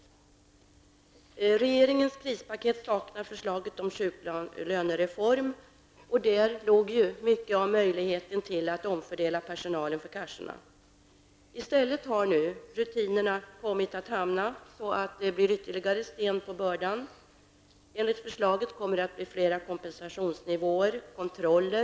I regeringens krispaket saknas förslaget om en sjuklönereform, och där låg mycket av möjligheten till en omfördelning av personalen på kassorna. I stället har nu rutinerna blivit sådana att det blir ytterligare sten på bördan. Enligt förslaget kommer det att bli fler kompensationsnivåer och kontroller.